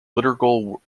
liturgical